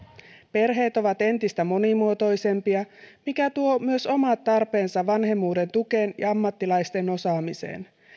perheet ovat entistä monimuotoisempia mikä tuo myös omat tarpeensa vanhemmuuden tukeen ja ammattilaisten osaamiseen